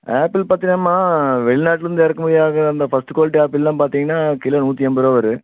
apple பார்த்தீனாம்மா வெளிநாட்டில் இருந்து இறக்குமதியாகிற அந்த ஃபர்ஸ்ட் குவாலிட்டி ஆப்பிளெலாம் பார்த்திங்கனா கிலோ நூற்றி எண்பது ரூபா வரும்